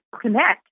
connect